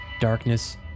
darkness